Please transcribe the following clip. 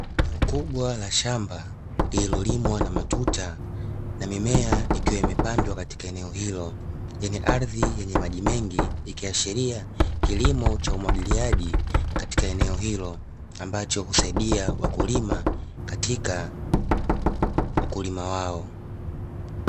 Eneo kubwa la shamba lililolimwa na matuta na mimea ikiwa imepandwa katika eneo hilo yenye ardhi yenye maji mengi, ikiashiria kilimo cha umwagiliaji katika eneo hilo ambacho husaidia wakulima katika ukulima wao.